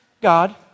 God